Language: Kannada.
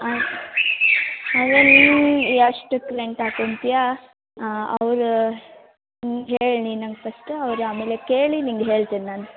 ಹಾಂ ನೀನು ಎಷ್ಟಕ್ಕೆ ರೆಂಟ್ ಹಾಕ್ಕೊಂತಿಯ ಹಾಂ ಅವರು ನಿನಗೆ ನೀ ಹೇಳು ನಂಗೆ ಫಸ್ಟ್ ಅವರು ಆಮೇಲೆ ಕೇಳಿ ನಿಂಗೆ ಹೇಳ್ತೀನಿ ನಾನು